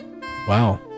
Wow